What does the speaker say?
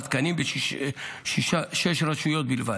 תקנים בשש רשויות בלבד.